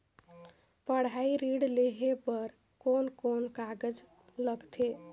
पढ़ाई ऋण लेहे बार कोन कोन कागज लगथे?